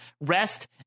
rest